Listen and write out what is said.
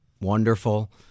wonderful